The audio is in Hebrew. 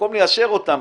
ובמקום ליישר אותם,